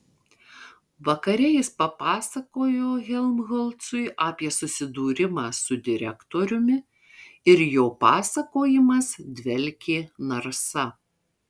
vakare jis papasakojo helmholcui apie susidūrimą su direktoriumi ir jo pasakojimas dvelkė narsa